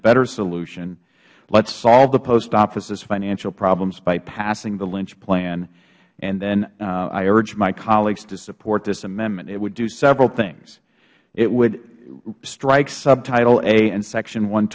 better solution lets solve the post offices financial problems by passing the lynch plan and i urge my colleagues to support this amendment it would do several things it would strike subtitle a in section one